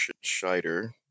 schneider